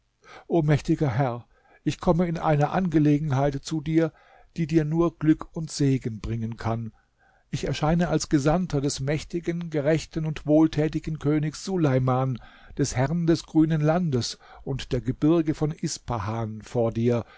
o mächtiger herr ich komme in einer angelegenheit zu dir die dir nur glück und segen bringen kann ich erscheine als gesandter des mächtigen gerechten und wohltätigen königs suleiman des herrn des grünen landes und der gebirge von ispahan vor dir